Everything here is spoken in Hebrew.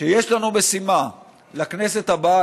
שיש לנו משימה לכנסת הבאה,